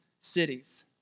cities